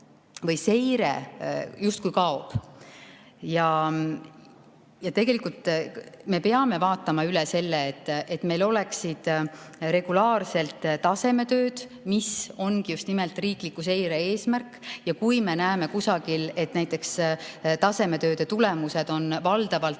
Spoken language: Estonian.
või seire justkui kaob. Me peame vaatama üle selle, et meil oleksid regulaarsed tasemetööd. See ongi just nimelt riikliku seire eesmärk, et kui me näeme kusagil, et näiteks tasemetööde tulemused on valdavalt